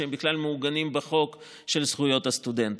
שהם בכלל מעוגנים בחוק של זכויות הסטודנט,